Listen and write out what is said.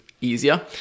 easier